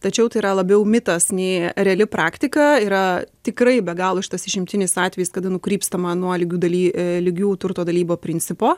tačiau tai yra labiau mitas nei reali praktika yra tikrai be galo šitas išimtinis atvejais kada nukrypstama nuo lygių daly lygių turto dalybų principo